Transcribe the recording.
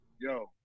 yo